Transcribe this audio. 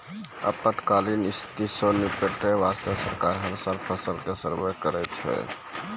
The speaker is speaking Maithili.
आपातकालीन स्थिति सॅ निपटै वास्तॅ सरकार हर साल फसल के सर्वें कराबै छै